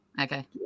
Okay